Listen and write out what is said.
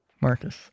marcus